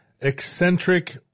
eccentric